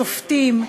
שופטים,